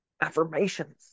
Affirmations